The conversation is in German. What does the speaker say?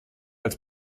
als